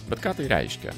bet ką tai reiškia